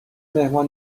مهمان